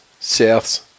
Souths